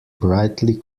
brightly